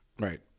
Right